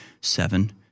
seven